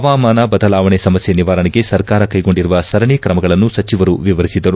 ಹವಾಮಾನ ಬದಲಾವಣೆ ಸಮಸ್ಕೆ ನಿವಾರಣೆಗೆ ಸರ್ಕಾರ ಕೈಗೊಂಡಿರುವ ಸರಣಿ ತ್ರಮಗಳನ್ನು ಸಚಿವರು ವಿವರಿಸಿದರು